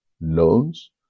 loans